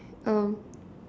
um